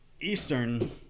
eastern